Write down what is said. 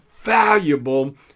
valuable